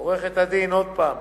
עוד פעם,